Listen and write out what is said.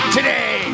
Today